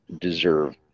deserve